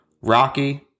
Rocky